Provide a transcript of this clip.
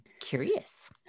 Curious